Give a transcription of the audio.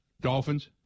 Dolphins